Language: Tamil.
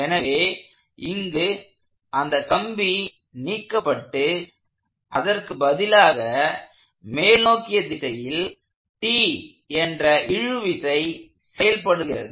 எனவே இங்கு அந்த கம்பி நீக்கப்பட்டு அதற்கு பதிலாக மேல் நோக்கிய திசையில் T என்ற இழுவிசை செயல்படுகிறது